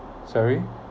sorry